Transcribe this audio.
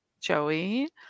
Joey